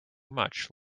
much